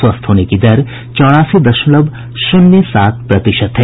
स्वस्थ होने की दर चौरासी दशमलव शून्य सात प्रतिशत है